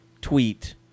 tweet